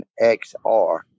XR